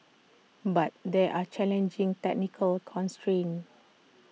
but there are challenging technical constrains